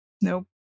Nope